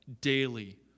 daily